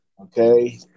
Okay